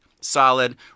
Solid